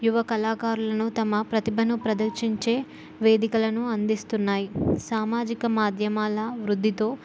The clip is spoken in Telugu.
యువ కళాకారులను తమ ప్రతిభను ప్రదర్శించే వేదికలను అందిస్తున్నాయి సామాజిక మాధ్యమాల వృద్ధితో